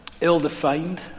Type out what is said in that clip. ill-defined